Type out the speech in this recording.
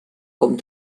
com